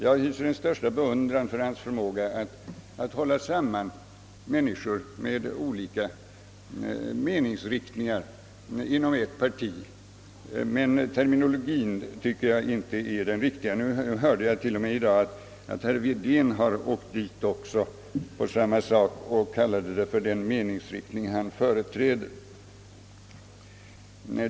Jag hyser beundran för hans förmåga att hålla samman människor med olika meningsriktningar inom ett parti men anser att meningsriktning i singularis då inte är riktig terminologi. I dag hörde jag att också herr Wedén har åkt dit genom att tala om den meningsriktning han företräder.